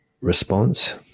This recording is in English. response